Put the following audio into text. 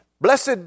Blessed